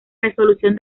resolución